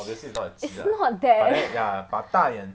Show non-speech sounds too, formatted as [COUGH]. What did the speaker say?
is not that [LAUGHS]